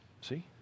See